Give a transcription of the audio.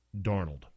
Darnold